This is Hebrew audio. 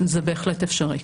זה בהחלט אפשרי.